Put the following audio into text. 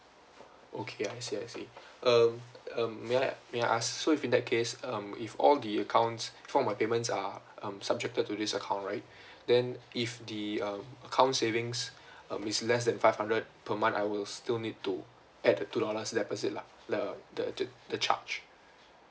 okay I see I see um um may I may I ask so if in that case um if all the accounts all of my payments are um subjected to this account right then if the um accounts savings um is less than five hundred per month I will still need to add the two dollars deposit lah th~ th~ th~ the charge